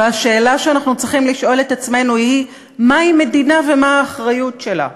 והשאלה שאנחנו צריכים לשאול את עצמנו היא: מהי מדינה ומהי האחריות שלה,